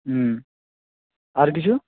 হুম আর কিছু